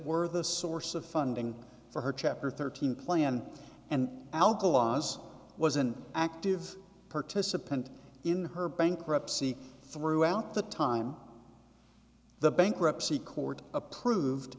were the source of funding for her chapter thirteen plan and alkalies was an active participant in her bankruptcy throughout the time the bankruptcy court approved